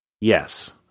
yes